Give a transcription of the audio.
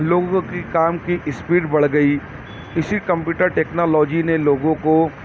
لوگوں کی کام کی اسپیڈ بڑھ گئی اسی کمپیوٹر ٹیکنالوجی نے لوگوں کو